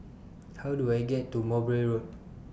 How Do I get to Mowbray Road